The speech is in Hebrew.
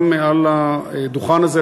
מעל הדוכן הזה,